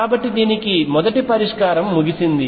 కాబట్టి దీనికి మొదటి పరిష్కారం ముగిసింది